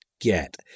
get